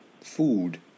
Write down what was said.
food